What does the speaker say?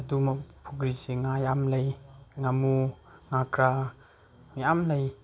ꯑꯗꯨꯃ ꯄꯨꯈ꯭ꯔꯤꯁꯤ ꯉꯥ ꯌꯥꯝ ꯂꯩ ꯉꯃꯨ ꯉꯀ꯭ꯔꯥ ꯌꯥꯝ ꯂꯩ